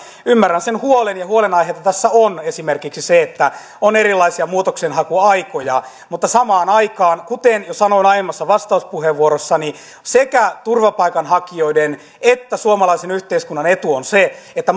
ymmärrän sen huolen ja huolenaihetta tässä on esimerkiksi se että on erilaisia muutoksenhakuaikoja mutta samaan aikaan kuten jo sanoin aiemmassa vastauspuheenvuorossani sekä turvapaikanhakijoiden että suomalaisen yhteiskunnan etu on se että